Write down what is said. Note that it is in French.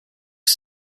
que